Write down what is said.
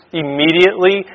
immediately